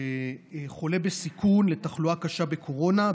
שחולה בסיכון לתחלואה קשה בקורונה,